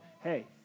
Hey